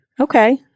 okay